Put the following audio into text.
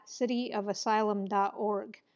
cityofasylum.org